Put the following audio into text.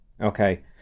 Okay